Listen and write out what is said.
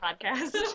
podcast